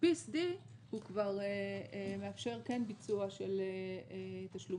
ה-PSD כבר מאפשר כן ביצוע של תשלומים.